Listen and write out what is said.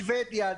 שבדיה,